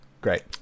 Great